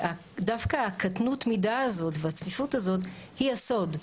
דווקא הקטנות מידה הזאת והצפיפות הזאת היא הסוד.